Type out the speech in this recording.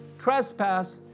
Trespass